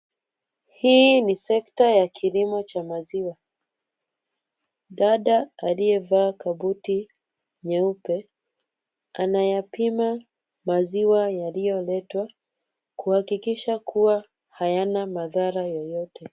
Hii ni sekta ya kilimo cha maziwa. Dada aliyevaa kabuti nyeupe anayapima maziwa yaliyoletwa kuhakikisha kuwa hayana madhara yoyote.